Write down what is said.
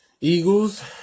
Eagles